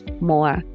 more